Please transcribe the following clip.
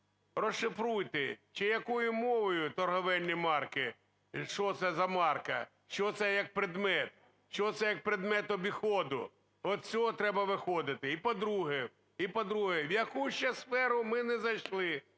Розшифруйте, чи якою мовою торговельні марки, що це за марка, що це як предмет, що це як предмет обіходу. Від цього треба виходити. І, по-друге, в яку ще сферу ми не зайшли?